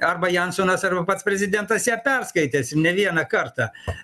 arba jansonas arba pats prezidentas ją perskaitęs ne vieną kartą